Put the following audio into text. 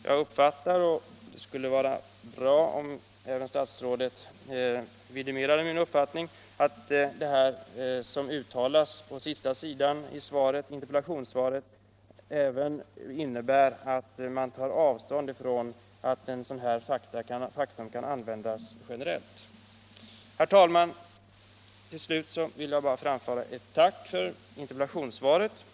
Jag uppfattar — och det skulle vara bra om statsrådet vidimerade min uppfattning — det som uttalas i slutet av interpellationssvaret så att svaret även innebär att man tar avstånd från att ett sådant här argument kan användas generellt. Herr talman! Till slut vill jag bara framföra ett tack för interpellationssvaret.